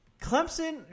Clemson